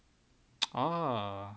a'ah